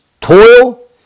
toil